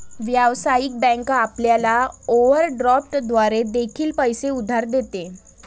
व्यावसायिक बँक आपल्याला ओव्हरड्राफ्ट द्वारे देखील पैसे उधार देते